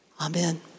Amen